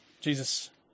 Jesus